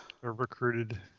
recruited